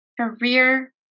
career